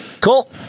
cool